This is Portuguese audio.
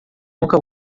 nunca